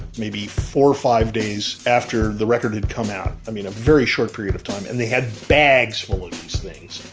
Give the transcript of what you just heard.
maybe four or five days after the record had come out. i mean, a very short period of time and they had bags full of these things.